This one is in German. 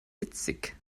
witzig